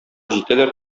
җитәләр